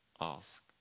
ask